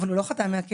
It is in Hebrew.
אבל הוא לא חתם מהכלא,